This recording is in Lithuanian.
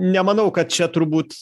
nemanau kad čia turbūt